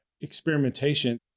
experimentation